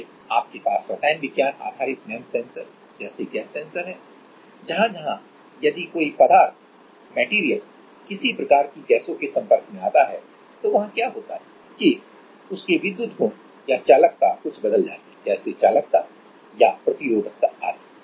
फिर आपके पास रसायन विज्ञान आधारित एमईएमएस सेंसर जैसे गैस सेंसर हैं जहां जहां यदि कोई पदार्थ किसी किसी प्रकार की गैसों के संपर्क में आता है तो वहां क्या होता है कि विद्युत गुण चालकता कुछ बदल जाती है जैसे चालकता या प्रतिरोधकता आदि